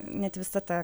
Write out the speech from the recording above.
net visa ta